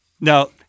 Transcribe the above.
Now